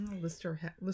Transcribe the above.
Lister